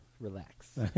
relax